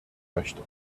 möchte